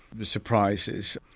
surprises